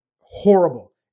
horrible